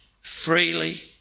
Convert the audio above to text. freely